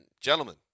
gentlemen